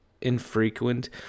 infrequent